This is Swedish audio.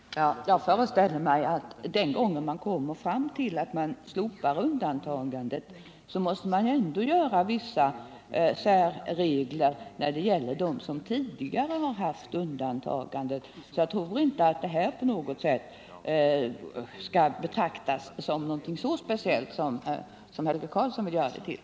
Herr talman! Jag föreställer mig att man, när man slopat undantagandet, ändå måste införa vissa särregler när det gäller dem som tidigare har haft undantagande. Jag tror inte att det här på något sätt bör betraktas som någonting så speciellt som Helge Karlsson vill göra det till.